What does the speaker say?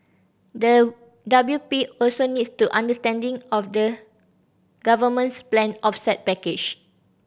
the W P also needs to understanding of the government's planned offset package